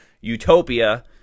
utopia